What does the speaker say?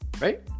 right